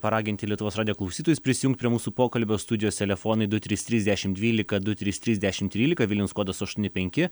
paraginti lietuvos radijo klausytojus prisijungt prie mūsų pokalbio studijos telefonai du trys trys dešim dvylika du trys trys dešim trylika vilniaus kodus aš penki